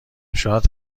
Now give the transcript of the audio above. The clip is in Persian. شاد